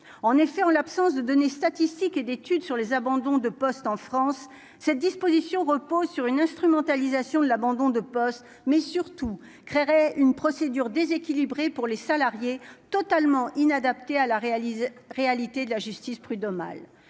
en effet, en l'absence de données statistiques et d'études sur les abandons de poste en France, cette disposition repose sur une instrumentalisation de l'abandon de poste mais surtout créerait une procédure déséquilibré pour les salariés, totalement inadapté à la réaliser réalité de la justice prud'homale,